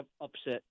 upset